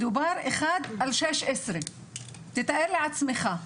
מדובר על 1 על 16 תתאר לעצמך,